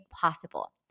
possible